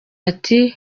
ati